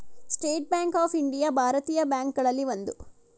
state bank of India ಭಾರತೀಯ bank ಗಳಲ್ಲಿ ಒಂದು